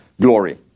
glory